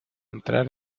entrar